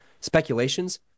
Speculations